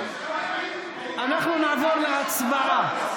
אנחנו נעבור להצבעה.